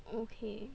okay